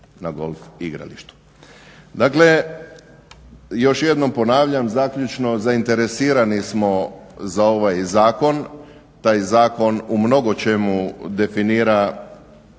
na golf igralištu. Dakle još jednom ponavljam zaključeno, zainteresirano smo za ovaj zakon. Taj zakon u mnogočemu definira